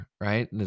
right